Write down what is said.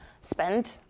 spend